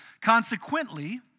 consequently